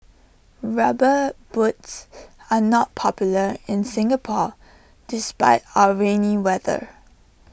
rubber boots are not popular in Singapore despite our rainy weather